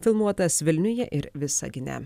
filmuotas vilniuje ir visagine